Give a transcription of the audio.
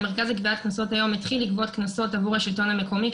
המרכז לגביית קנסות היום התחיל לגבות קנסות עבור השלטון המקומי,